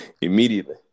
Immediately